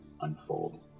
unfold